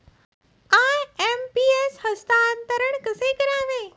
IMPS हस्तांतरण कसे करावे?